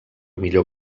millor